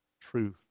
truth